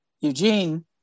Eugene